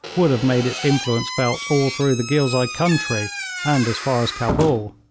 would have made its influence felt all through the ghilzai country and as far as cabul.